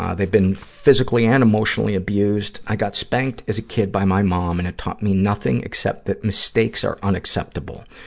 ah they've been physically and emotionally abused. i got spanked as a kid by my mom, and it taught me nothing except that mistakes are unacceptable.